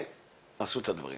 ועשו את הדברים.